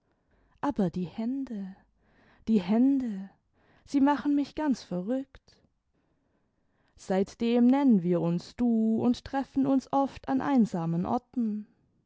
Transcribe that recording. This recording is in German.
aber die hände die hände sie machen mich ganz verrückt seitdem nennen wir uns du und treffen uns oft an emsamen orten